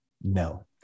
No